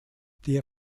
der